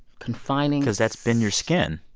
confining. because that's been your skin.